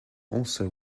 also